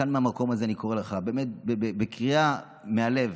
כאן מהמקום הזה אני קורא לך, באמת, בקריאה מהלב: